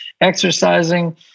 exercising